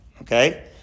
Okay